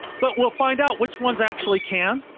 but we'll find out which ones actually can,